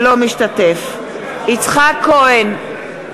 אינו משתתף בהצבעה יצחק כהן,